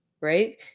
right